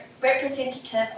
representative